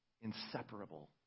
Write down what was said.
inseparable